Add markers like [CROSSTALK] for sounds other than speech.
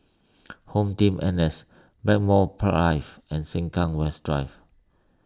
[NOISE] HomeTeam N S Blackmore [UNINTELLIGIBLE] and Sengkang West Drive